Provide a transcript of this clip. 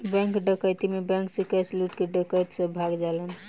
bank डकैती में bank से कैश लूट के डकैत सब भाग जालन